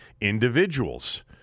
individuals